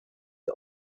are